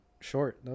short